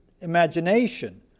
imagination